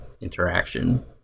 interaction